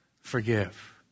forgive